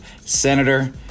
Senator